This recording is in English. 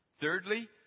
Thirdly